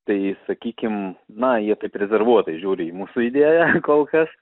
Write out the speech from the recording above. tai sakykim na jie taip rezervuotai žiūri į mūsų idėją kol kas